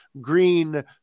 green